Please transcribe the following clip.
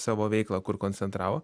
savo veiklą kur koncentravo